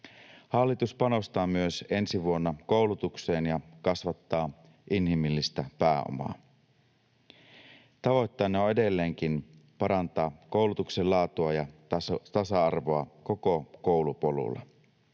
Hallitus panostaa myös ensi vuonna koulutukseen ja kasvattaa inhimillistä pääomaa. Tavoitteena on edelleenkin parantaa koulutuksen laatua ja tasa-arvoa koko koulupolulla.